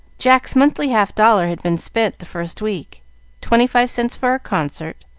jack's monthly half-dollar had been spent the first week twenty-five cents for a concert,